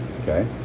Okay